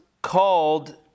Called